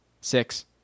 Six